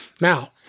Now